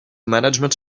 management